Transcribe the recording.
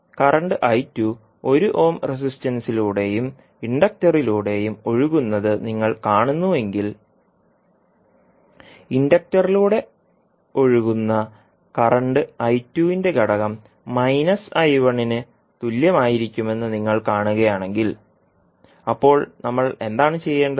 current 1 ohm റെസിസ്റ്റൻസിലൂടെയും ഇൻഡക്ടറിലൂടെയും ഒഴുകുന്നത് നിങ്ങൾ കാണുന്നുവെങ്കിൽ ഇൻഡക്ടറിലൂടെ ഒഴുകുന്ന കറന്റ് ന്റെ ഘടകം ന് തുല്യമായിരിക്കുമെന്ന് നിങ്ങൾ കാണുകയാണെങ്കിൽ അപ്പോൾ നമ്മൾ എന്താണ് ചെയ്യേണ്ടത്